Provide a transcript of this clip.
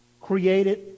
created